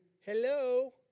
Hello